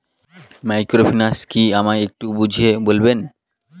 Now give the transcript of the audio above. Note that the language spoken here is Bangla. মাইক্রোফিন্যান্স কি আমায় একটু বুঝিয়ে বলবেন?